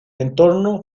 entorno